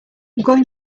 going